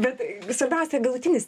bet svarbiausia galutinis